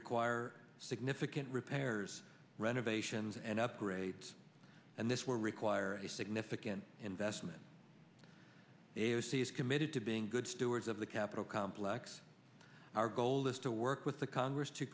require significant repairs renovations and upgrades and this will require a significant investment it will see is committed to being good stewards of the capitol complex our goal is to work with the congress to